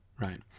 right